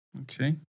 Okay